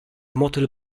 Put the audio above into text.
motyl